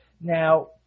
Now